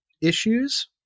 issues